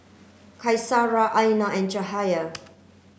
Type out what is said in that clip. Qaisara Aina and Cahaya